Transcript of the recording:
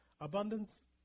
abundance